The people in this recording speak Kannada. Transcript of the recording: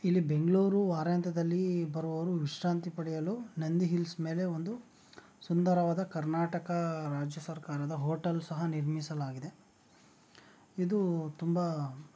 ಇಲ್ಲಿ ಬೆಂಗಳೂರು ವಾರಾಂತ್ಯದಲ್ಲಿ ಬರುವವರು ವಿಶ್ರಾಂತಿ ಪಡೆಯಲು ನಂದಿ ಹಿಲ್ಸ್ ಮೇಲೆ ಒಂದು ಸುಂದರವಾದ ಕರ್ನಾಟಕ ರಾಜ್ಯ ಸರ್ಕಾರದ ಹೋಟಲ್ ಸಹ ನಿರ್ಮಿಸಲಾಗಿದೆ ಇದು ತುಂಬ